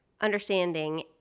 understanding